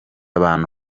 abantu